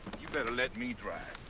you'd better let me drive.